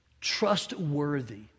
Trustworthy